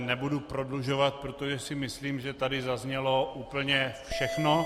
Nebudu ji prodlužovat, protože si myslím, že tady zaznělo úplně všechno.